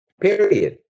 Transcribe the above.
Period